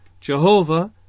Jehovah